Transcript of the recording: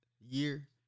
year